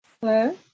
Hello